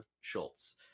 Schultz